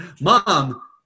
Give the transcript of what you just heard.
Mom